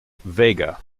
vega